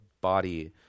body